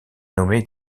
nommé